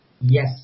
Yes